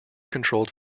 controlled